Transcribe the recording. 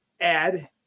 add